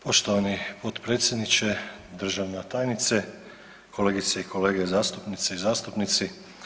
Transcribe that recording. Poštovani potpredsjedniče, državna tajnice, kolegice i kolege zastupnice i zastupnici.